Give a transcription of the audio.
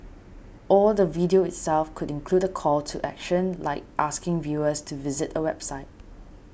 or the video itself could include a call to action like asking viewers to visit a website